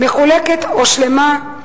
מחולקת או שלמה,